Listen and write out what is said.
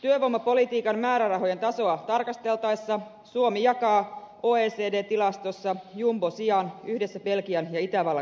työvoimapolitiikan määrärahojen tasoa tarkasteltaessa suomi jakaa oecd tilastossa jumbosijan yhdessä belgian ja itävallan kanssa